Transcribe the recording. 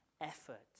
effort